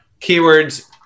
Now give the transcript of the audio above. keywords